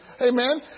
Amen